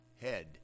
head